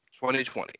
2020